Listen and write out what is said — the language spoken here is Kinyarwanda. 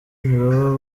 ntibaba